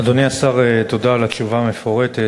אדוני השר, תודה על התשובה המפורטת.